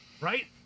right